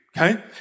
Okay